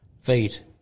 feet